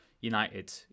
United